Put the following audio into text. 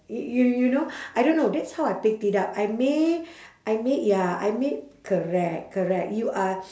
you you you know I don't know that's how I picked it up I may I may ya I may correct correct you are